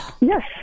Yes